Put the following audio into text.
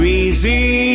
easy